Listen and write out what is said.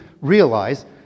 realize